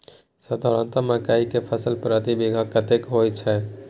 साधारणतया मकई के फसल प्रति बीघा कतेक होयत छै?